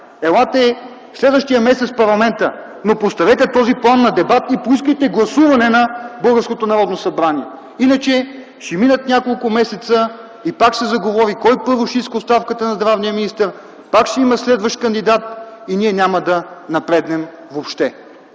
елате следващия месец в парламента, но поставете този план на дебат и поискайте гласуване на българското Народно събрание, иначе ще минат няколко месеца и пак ще се заговори кой първо ще иска оставката на здравния министър, пак ще има следващ кандидат и ние няма да напреднем въобще.